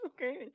Okay